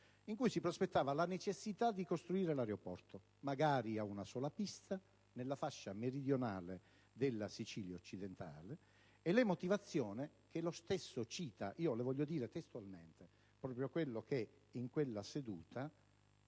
il quale prospettava la necessità di costruire l'aeroporto, magari a una sola pista, nella fascia meridionale della Sicilia occidentale. Le motivazioni che lo stesso cita le voglio riportare testualmente. Proprio in quella seduta